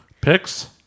Picks